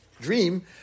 dream